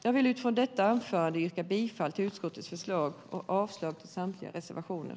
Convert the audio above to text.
Jag yrkar bifall till utskottets förslag och avslag på samtliga reservationer.